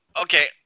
Okay